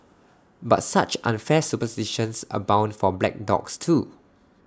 but such unfair superstitions abound for black dogs too